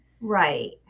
Right